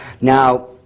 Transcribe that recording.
Now